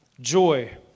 joy